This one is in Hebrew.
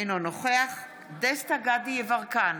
אינו נוכח דסטה גדי יברקן,